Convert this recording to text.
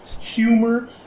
humor